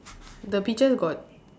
the peaches got